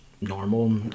normal